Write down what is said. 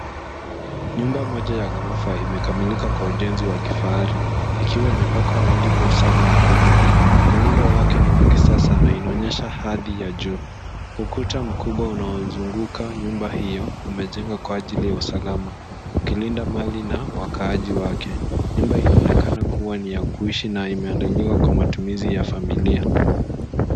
Nyumba moja ya ghorofa imekamilika kwa ujenzi wa kifahari ikiwa imepakwa rangi kwa ustadi mkubwa. Muundo wake ni wa kisasa na inaonyesha hadhi ya juu. Ukuta mkubwa unayoizunguka nyumba hio, umejengwa kwa ajili ya usalama, ukilinda mali na wakaaji wake. Nyumba inaonekana kuwa ni ya kuishi na imeandaliwa kwa matumizi ya familia.